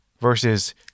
versus